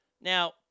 Now